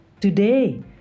today